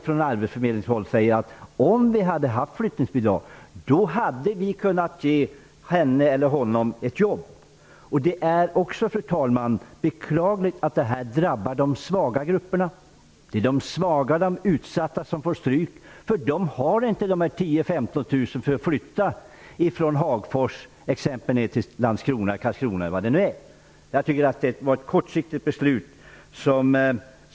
Från arbetsförmedlingshåll sägs att man hade kunnat ge vissa personer jobb om flyttningsbidragen hade funnits kvar. Det är också beklagligt, fru talman, att detta drabbar de svaga grupperna. Det är de svaga och utsatta som får stryk, eftersom de inte har de 10 000--15 000 som behövs för att flytta, t.ex. från Det var ett kortsiktigt beslut.